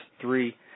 three